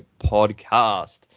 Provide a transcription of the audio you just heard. podcast